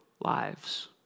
lives